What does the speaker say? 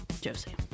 Josie